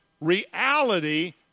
reality